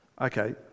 okay